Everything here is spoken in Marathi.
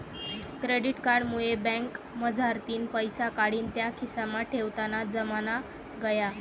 क्रेडिट कार्ड मुये बँकमझारतीन पैसा काढीन त्या खिसामा ठेवताना जमाना गया